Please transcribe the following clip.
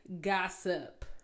gossip